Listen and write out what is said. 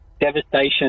devastation